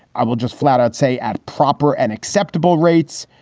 i will just flat out say at proper and acceptable rates,